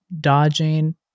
dodging